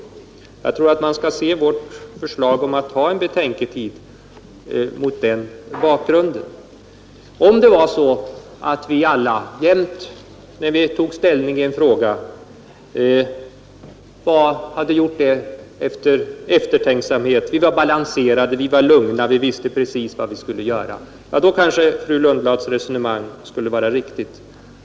Det är som sagt mot den bakgrunden man skall se vårt förslag om att ha en betänketid. Om det vore så att vi alla när vi skall ta ställning i en fråga gjorde detta med eftertanke, var balanserade och lugna och visste precis vad vi skulle göra, då kanske fru Lundblads resonemang skulle vara riktigt.